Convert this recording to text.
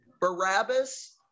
Barabbas